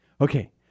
Okay